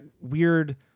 weird